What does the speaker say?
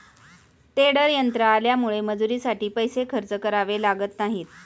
tedder यंत्र आल्यामुळे मजुरीसाठी पैसे खर्च करावे लागत नाहीत